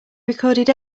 recorded